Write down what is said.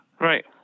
Right